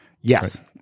Yes